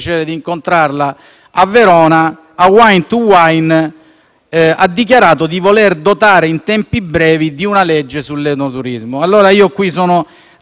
ha dichiarato di voler dotare il settore in tempi brevi di una legge sull'enoturismo. Allora sono qui a chiederle di chiarire, perché la norma c'è,